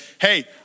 Hey